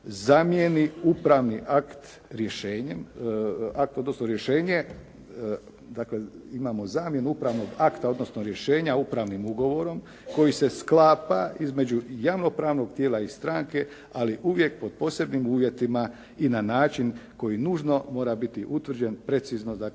a odnosno rješenje, dakle imamo zamjenu upravnog akta, odnosno rješenje upravnim ugovorom koji se sklapa između javno pravnog tijela i stranke ali uvijek pod posebnim uvjetima i na način koji nužno mora biti utvrđen precizno, dakle